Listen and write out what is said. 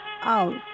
out